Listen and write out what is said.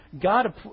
God